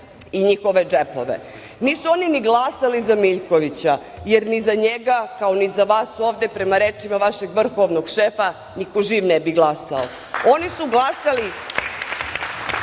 i njihove džepove. Nisu oni ni glasali za Miljkovića, jer ni za njega, kao ni za vas ovde, prema rečima vašeg vrhovnog šefa, niko živ ne bi glasao. Oni su glasali